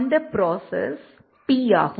அந்த process P ஆகும்